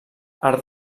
art